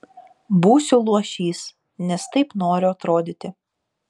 būsiu luošys nes taip noriu atrodyti